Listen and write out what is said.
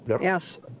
Yes